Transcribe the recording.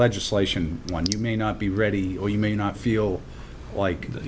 legislation one you may not be ready or you may not feel like the